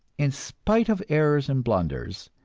in spite of errors and blunders,